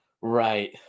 right